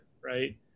right